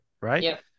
Right